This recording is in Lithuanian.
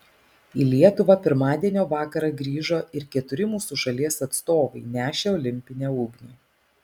į lietuvą pirmadienio vakarą grįžo ir keturi mūsų šalies atstovai nešę olimpinę ugnį